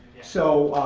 so,